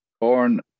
Born